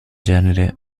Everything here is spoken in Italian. genere